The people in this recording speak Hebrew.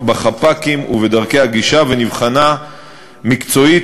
בחפ"קים ובדרכי הגישה ונבחנה מקצועית